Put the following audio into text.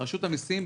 רשות המסים,